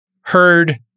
heard